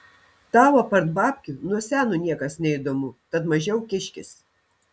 tau apart babkių nuo seno niekas neįdomu tad mažiau kiškis